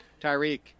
Tyreek